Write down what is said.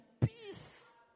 peace